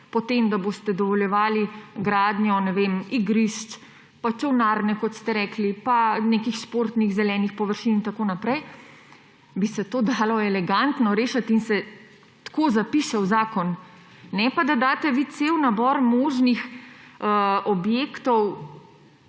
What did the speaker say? iskrena, da boste dovoljevali, ne vem, gradnjo igrišč in čolnarne, kot ste rekli, pa nekih športnih zelenih površin in tako naprej, bi se to dalo elegantno rešiti in bi se tako zapisalo v zakon. Ne pa, da daste vi cel nabor možnih objektov